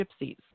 gypsies